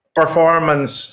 performance